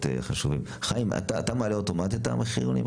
חיים, אתה מעלה אוטומטית את המחירונים?